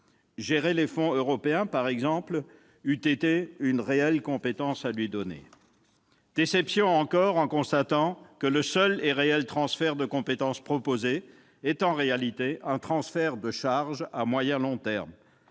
Gérer les fonds européens, par exemple, eût été une réelle compétence à lui confier. Déception encore, en constatant que le seul et réel transfert de compétence proposé est en réalité un transfert de charge à moyen et long termes.